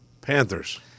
Panthers